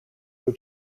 blue